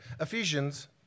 Ephesians